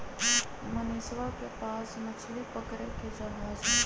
मनीषवा के पास मछली पकड़े के जहाज हई